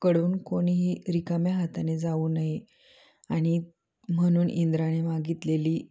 कडून कोणीही रिकाम्या हाताने जाऊ नये आणि म्हणून इंद्राने मागितलेली